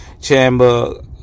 Chamber